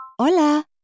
Hola